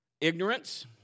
Ignorance